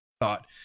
thought